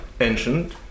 ancient